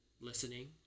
listening